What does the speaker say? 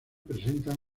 presentan